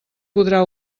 podrà